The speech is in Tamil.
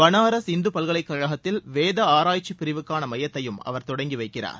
பனாரஸ் இந்து பல்கலைக்கழகத்தில் வேத ஆராய்ச்சிப் பிரிவுக்கான மையத்தையும் அவர் தொடங்கி வைக்கிறார்